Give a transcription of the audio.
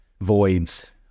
voids